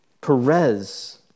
Perez